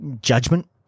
judgment